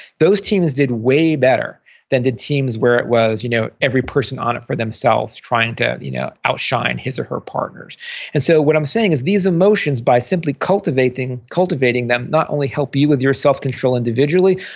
those teams did way better than did teams where it was you know every person on it for themselves trying to you know outshine his or her partners and so what i'm saying is these emotions, by simply cultivating cultivating them not only help you with your self-control individually,